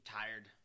tired